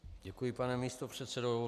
Děkuji, pane místopředsedo.